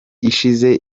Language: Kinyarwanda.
ishize